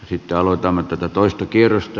sitten aloitamme toista kierrosta